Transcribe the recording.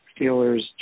Steelers